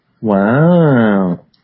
Wow